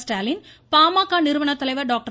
ஸ்டாலின் பாமக நிறுவனத்தலைவர் டாக்டர்